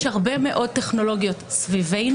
יש הרבה מאוד טכנולוגיות סביבנו,